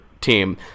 team